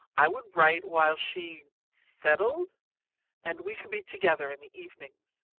i would write while she settled and we could be together in the evenings.